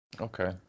Okay